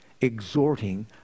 exhorting